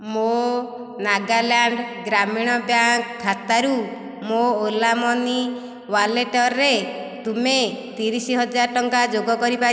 ମୋ' ନାଗାଲାଣ୍ଡ ଗ୍ରାମୀଣ ବ୍ୟାଙ୍କ ଖାତାରୁ ମୋ' ଓଲା ମନି ୱାଲେଟରେ ତୁମେ ତିରିଶି ହଜାର ଟଙ୍କା ଯୋଗ କରିପାରିବ